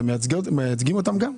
אתם מייצגים אותן גם?